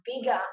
bigger